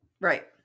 Right